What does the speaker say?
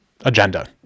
agenda